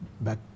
back